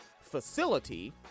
facility